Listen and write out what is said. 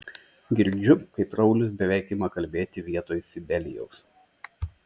girdžiu kaip raulis beveik ima kalbėti vietoj sibelijaus